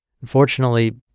Unfortunately